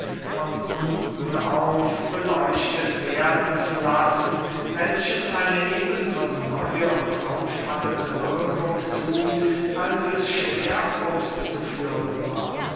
unten auf beleuchtet werden zu lassen welches eine eben so neue und auffallende wirkung thut als es schwer auszuführen war